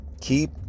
keep